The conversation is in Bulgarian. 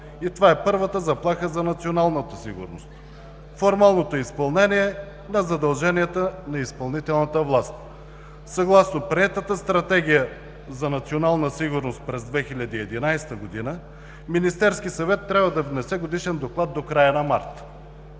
и това е първата заплаха за националната сигурност. Формалното изпълнение на задълженията на изпълнителната власт, съгласно приетата Стратегия за национална сигурност за 2011 г., Министерският съвет трябва да внесе годишен доклад до края на март.